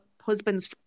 husband's